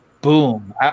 Boom